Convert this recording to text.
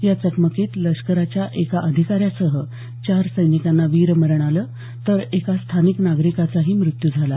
या चकमकीत लष्कराच्या एका अधिकाऱ्यासह चार सैनिकांना वीरमरण आलं तर एका स्थानिक नागरिकाचाही मृत्यू झाला